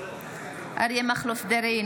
אריה מכלוף דרעי,